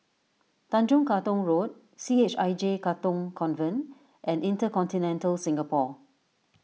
Tanjong Katong Road C H I J Katong Convent and Intercontinental Singapore